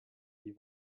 die